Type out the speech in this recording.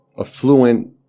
affluent